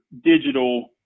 digital